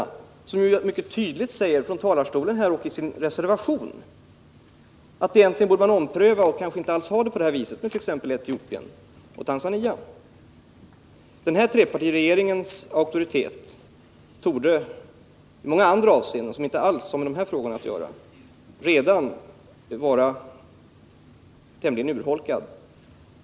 De säger ju mycket tydligt i sin reservation och också här i talarstolen att man borde ompröva biståndspolitiken och att den kanske egentligen inte borde utformas så som föreslagits i propositionen när det gäller exempelvis Etiopien och Tanzania. Trepartiregeringens auktoritet torde i många andra avseenden, som inte alls har med de frågor vi i dag debatterar att göra, redan vara tämligen urholkad.